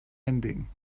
ending